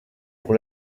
pour